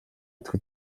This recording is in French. être